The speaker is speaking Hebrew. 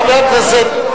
חבר הכנסת,